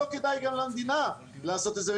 גם למדינה לא כדאי לעשות את זה,